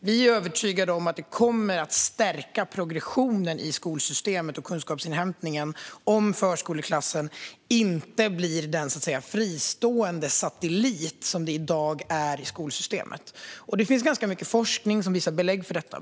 Vi är övertygade om att det kommer att stärka progressionen i skolsystemet och kunskapsinhämtningen om förskoleklassen inte blir den fristående satellit som den i dag är i skolsystemet. Det finns ganska mycket forskning som ger belägg för detta.